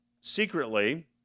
secretly